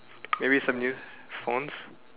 maybe some new phones